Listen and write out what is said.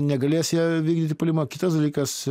negalės jie vykdyti puolimą kitas dalykas